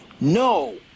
No